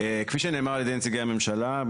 כפי שנאמר על ידי נציגי הממשלה,